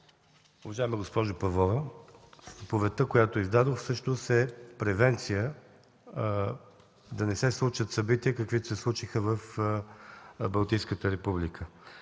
Уважаема госпожо Павлова, заповедта, която издадох, всъщност е превенция да не се случат събития, каквито се случиха в Балтийската република.